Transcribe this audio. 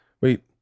wait